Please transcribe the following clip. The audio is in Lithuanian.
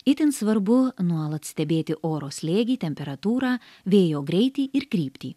itin svarbu nuolat stebėti oro slėgį temperatūrą vėjo greitį ir kryptį